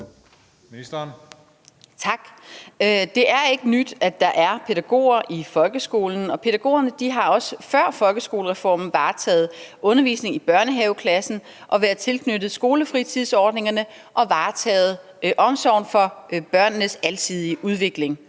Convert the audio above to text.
Det er ikke nyt, at der er pædagoger i folkeskolen, og pædagogerne har også før folkeskolereformen varetaget undervisning i børnehaveklassen og været tilknyttet skolefritidsordningerne og varetaget omsorgen for børnenes alsidige udvikling.